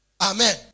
Amen